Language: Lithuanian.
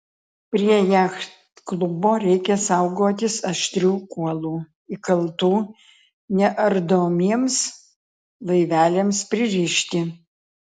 prie jachtklubo reikia saugotis aštrių kuolų įkaltų neardomiems laiveliams pririšti